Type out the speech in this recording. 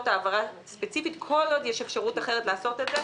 העברה ספציפית כל עוד יש אפשרות אחרת לעשות את זה